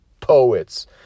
poets